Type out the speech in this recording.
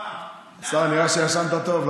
נראה שישנת טוב.